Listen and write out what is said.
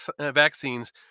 vaccines